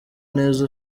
neza